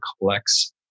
collects